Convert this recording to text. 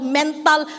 mental